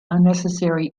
unnecessary